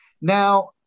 Now